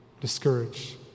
discouraged